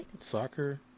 Soccer